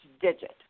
digit